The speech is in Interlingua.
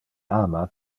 ama